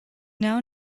now